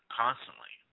constantly